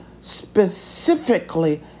specifically